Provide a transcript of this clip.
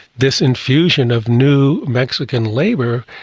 this infusion of new mexican labour,